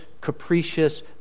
capricious